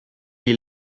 est